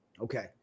Okay